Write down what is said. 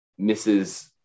Mrs